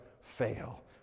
fail